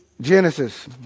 Genesis